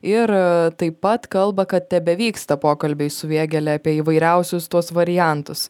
ir taip pat kalba kad tebevyksta pokalbiai su vėgėle apie įvairiausius tuos variantus